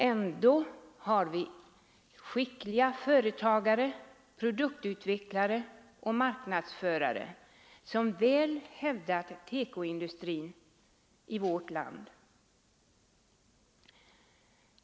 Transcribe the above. Ändå har vi skickliga företagare, produktutvecklare och marknadsförare som väl hävdat TEKO-industrin i vårt land.